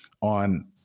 on